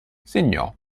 segnò